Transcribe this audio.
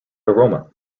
aroma